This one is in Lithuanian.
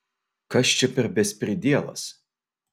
kas čia per bespridielas